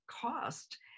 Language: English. cost